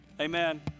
Amen